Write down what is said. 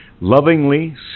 lovingly